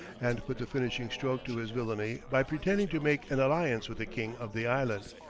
and put the finishing stroke to his villany by pretending to make an alliance with the king of the island.